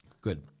Good